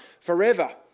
forever